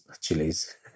chilies